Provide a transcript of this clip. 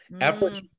effort